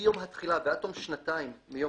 מיום התחילה ועד תום שנתיים מיום